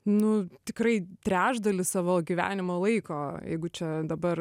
nu tikrai trečdalį savo gyvenimo laiko jeigu čia dabar